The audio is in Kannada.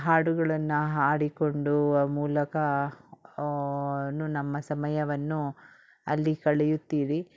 ಹಾಡುಗಳನ್ನು ಹಾಡಿಕೊಂಡು ಆ ಮೂಲಕ ನು ನಮ್ಮ ಸಮಯವನ್ನು ಅಲ್ಲಿ ಕಳೆಯುತ್ತೀರಿ